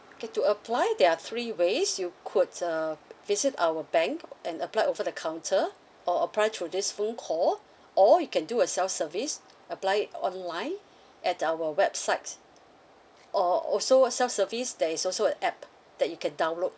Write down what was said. K to apply there are three ways you could uh visit our bank and apply over the counter or apply through this phone call or you can do a self-service apply it online at our websites or also uh self service there is also a app that you can download